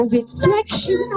reflection